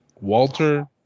Walter